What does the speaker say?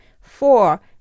Four